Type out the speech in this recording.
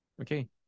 okay